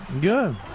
Good